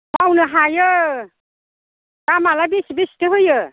मावनो हायो दामआलाय बेसे बेसेथो होयो